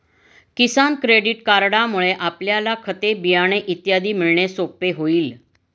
किसान credit कार्डमुळे आपल्याला खते, बियाणे इत्यादी मिळणे सोपे होईल